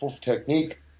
technique